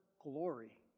glory